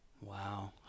Wow